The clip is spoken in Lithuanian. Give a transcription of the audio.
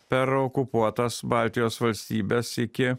per okupuotas baltijos valstybes iki